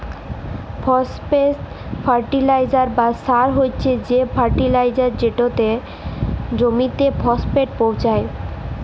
phosphate fertiliser বা সার হছে সে ফার্টিলাইজার যেটতে জমিতে ফসফেট পোঁছায়